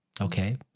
Okay